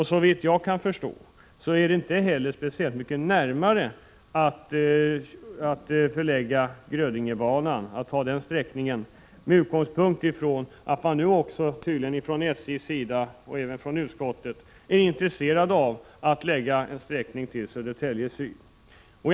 Såvitt jag kan förstå är det inte heller speciellt mycket närmare att förlägga banan över Grödinge, med utgångspunkt i att man nu tydligen också från SJ:s och även utskottets sida är intresserad av att förlägga sträckningen till Södertälje Syd.